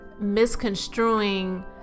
misconstruing